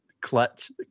clutch